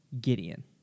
Gideon